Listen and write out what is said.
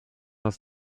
aus